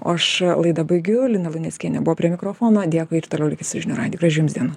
o aš laidą baigiu lina luneckienė buvo prie mikrofono dėkui ir toliau likit su žinių radiju gražių jums dienų